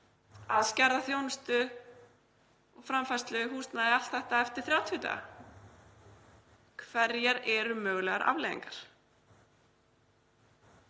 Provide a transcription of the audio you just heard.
að skerða þjónustu, framfærslu, húsnæði, allt þetta eftir 30 daga. Hverjar eru mögulegar afleiðingar?